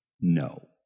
no